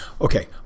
Okay